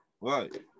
Right